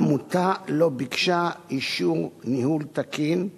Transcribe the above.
שהעמותה לא ביקשה אישור ניהול תקין,